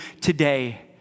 today